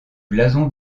blason